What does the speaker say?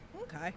Okay